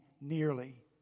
nearly